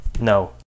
No